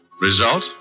Result